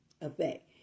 effect